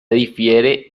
difiere